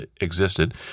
existed